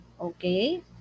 okay